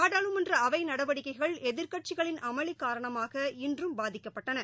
நாடாளுமன்றஅவைநடவடிக்கைகள் எதிர்க்கட்சிகளின் அமளிகாரணமாக இன்றம் பாதிக்கப்பட்டன